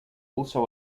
also